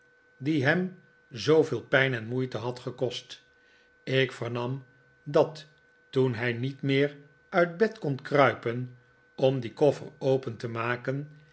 die hem zooveel pijn en moeite had gekost ik vernam dat toen hij niet meer uit bed kon kruipen om dien koffer open te maken